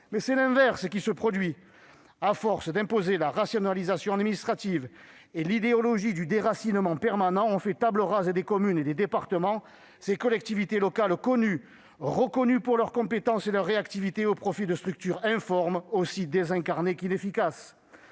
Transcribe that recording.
mais c'est l'inverse qui se produit ! À force d'imposer la rationalisation administrative et l'idéologie du déracinement permanent, on fait table rase des communes et des départements, ces collectivités locales connues et reconnues pour leurs compétences et leur réactivité au profit de structures informes, aussi désincarnées qu'inefficaces.